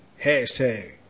Hashtag